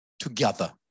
together